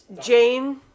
Jane